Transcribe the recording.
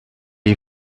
est